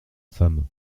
femme